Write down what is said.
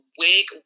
wig